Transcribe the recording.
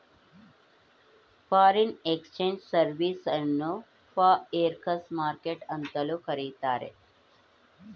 foreign exchange service ಅನ್ನು forex market ಅಂತಲೂ ಕರಿತಾರೆ